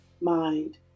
mind